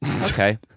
okay